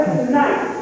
tonight